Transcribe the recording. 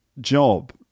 job